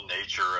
nature